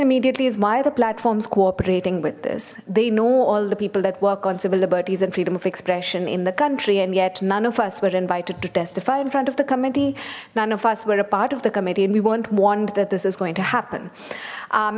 immediately is why the platform's cooperating with this they know all the people that work on civil liberties and freedom of expression in the country and yet none of us were invited to testify in front of the committee none of us were a part of the committee and we won't want that this is going to happen